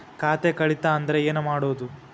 ಖಾತೆ ಕಳಿತ ಅಂದ್ರೆ ಏನು ಮಾಡೋದು?